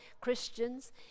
Christians